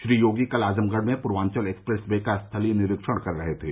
श्री योगी कल आजमगढ़ में Purvanchal expressway का स्थलीय निरीक्षण कर रहे थे